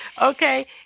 Okay